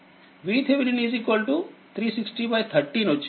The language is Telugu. VThevenin36013 వచ్చింది